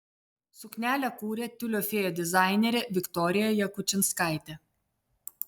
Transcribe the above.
suknelę kūrė tiulio fėja dizainerė viktorija jakučinskaitė